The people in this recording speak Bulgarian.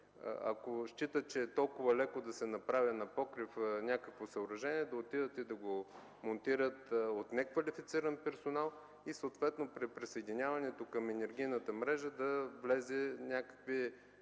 ако считат, че е толкова лесно да се направи на покрив някакво съоръжение, да отидат и да го монтират с неквалифициран персонал и съответно при присъединяването към енергийната мрежа да създадат някакви